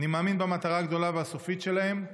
אני מאמין במטרה הגדולה והסופית שלהם,